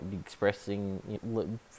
...expressing